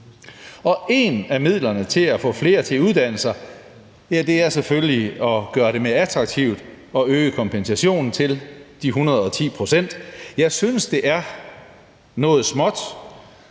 Et af midlerne til at få flere til at uddanne sig er selvfølgelig at gøre det mere attraktivt og øge kompensationen til de 110 pct. Jeg synes, det er noget småt,